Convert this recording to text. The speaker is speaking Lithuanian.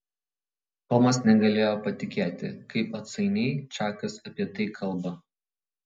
tomas negalėjo patikėti kaip atsainiai čakas apie tai kalba